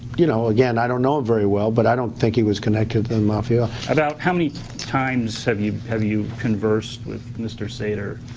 you know, again, i don't know him very well, but i don't think he was connected to the mafia about how many times have you have you conversed with mr. sater